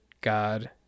God